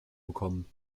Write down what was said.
bekommen